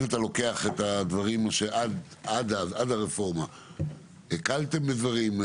אם אתה לוקח את הדברים עד הרפורמה, הקלתם בדברים?